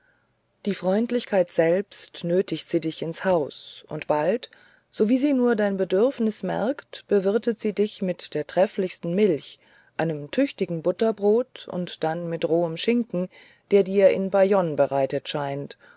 die freundlichkeit selbst nötigt sie dich ins haus und bald sowie sie nur dein bedürfnis merkt bewirtet sie dich mit der trefflichsten milch einem tüchtigen butterbrot und dann mit rohem schinken der dir in bayonne bereitet scheint